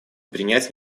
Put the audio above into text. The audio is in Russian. принять